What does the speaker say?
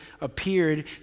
appeared